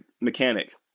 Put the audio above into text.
mechanic